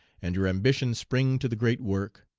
and your ambition spring to the great work?